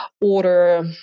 order